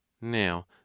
now